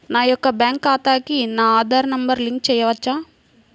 నా యొక్క బ్యాంక్ ఖాతాకి నా ఆధార్ నంబర్ లింక్ చేయవచ్చా?